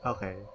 Okay